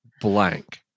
blank